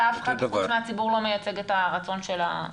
ואף אחד חוץ מהציבור לא מייצג את הרצון של הים.